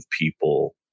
people